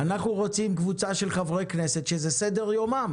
אנחנו רוצים קבוצה של חברי כנסת שזה סדר יומם